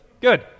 Good